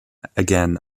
again